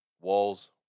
walls